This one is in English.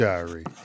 Diary